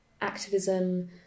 activism